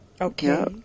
okay